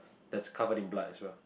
that's covered in blood as well